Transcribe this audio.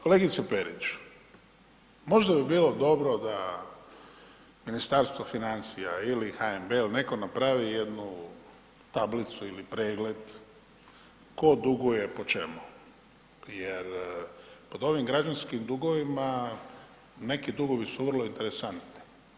Kolegice Perić, možda bi bilo dobro da Ministarstvo financija ili HNB ili netko napravi jednu tablicu ili pregled tko duguje po čemu, jer pod ovim građanskim dugovima neki dugovi su vrlo interesantni.